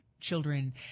children